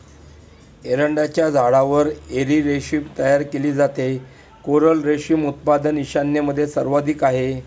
एरंडाच्या झाडावर एरी रेशीम तयार केले जाते, कोरल रेशीम उत्पादन ईशान्येमध्ये सर्वाधिक आहे